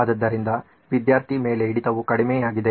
ಆದ್ದರಿಂದ ವಿದ್ಯಾರ್ಥಿ ಮೇಲೆ ಹಿಡಿತವು ಕಡಿಮೆಯಾಗಿದೆ